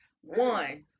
one